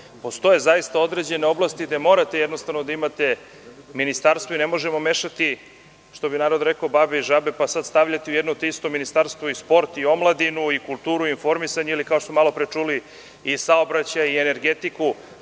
postoje određene oblasti gde morate jednostavno da imate ministarstvo i ne možete mešati, što bi narod rekao „babe i žabe“ pa sada stavljati u jedno te isto ministarstvo i sport i omladinu i kulturu i informisanje, ili kao što smo malopre čuli i saobraćaj i energetiku.